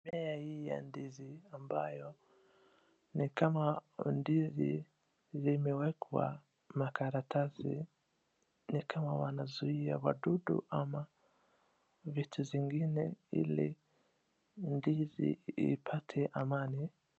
Mmea hii ya ndizi ambayo ni kama ndizi zimewekwa makaratasi ni kama ambayo wanazuia wadudu ama vitu zingine ili ndizi ipate.